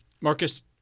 Marcus